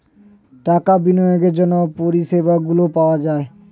টাকা বিনিয়োগের জন্য পরিষেবাগুলো পাওয়া যায়